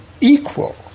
equal